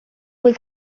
was